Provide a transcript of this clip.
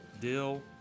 dill